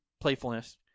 playfulness